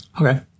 Okay